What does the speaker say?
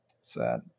Sad